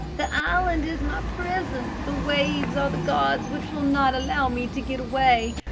the island is my prison, the waves are the guards which will not allow me to get away.